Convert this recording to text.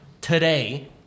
today